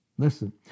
Listen